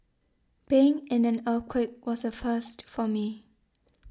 being in an earthquake was a first for me